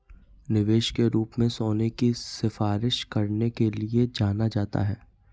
निवेश के रूप में सोने की सिफारिश करने के लिए जाना जाता है